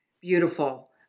Beautiful